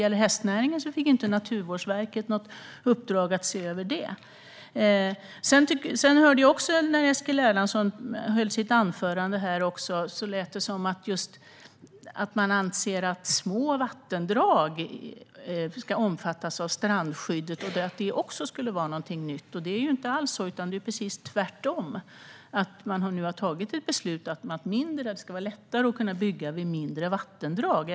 Naturvårdsverket fick inte något uppdrag att se över hästnäringen. När Eskil Erlandsson höll sitt anförande lät det som att man anser att små vattendrag ska omfattas av strandskyddet och att det också skulle vara någonting nytt. Det är inte alls så. Det är precis tvärtom. Man har nu tagit ett beslut om att det ska vara lättare att kunna bygga vid mindre vattendrag.